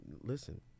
listen